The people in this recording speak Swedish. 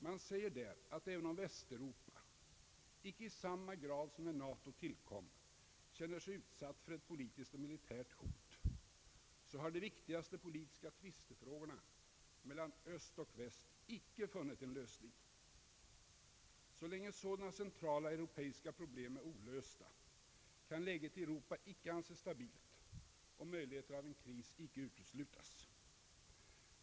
Man säger där, att även om Västeuropa icke i samma grad som när NATO tillkom känner sig utsatt för ett politiskt och militärt hot, har de viktigaste politiska tvistefrågorna mellan öst och väst icke funnit en lösning. Så länge sådana centrala europeiska problem är olösta kan läget i Europa icke anses stabilt och möjligheter av en kris icke uteslutas.